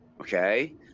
Okay